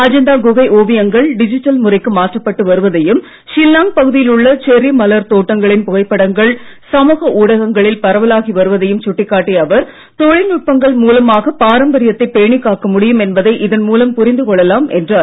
அஜந்தா குகை ஓவியங்கள் டிஜிட்டல் முறைக்கு மாற்றப்பட்டு வருவதையும் ஷில்லாங் பகுதியில் உள்ள செர்ரி மலர் தோட்டங்களின் புகைப்படங்கள் சமூக ஊடகங்களில் பரவலாகி வருவதையும் சுட்டிக் காட்டிய அவர் தொழில்நுட்பங்கள் மூலமாக பாரம்பரியத்தை பேணிக் காக்க முடியும் என்பதை இதன் மூலம் புரிந்து கொள்ளலாம் என்றார்